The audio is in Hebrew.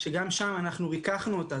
גם שם ריככנו אותה.